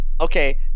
Okay